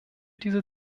diese